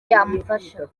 yamufasha